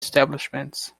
establishments